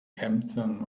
kempten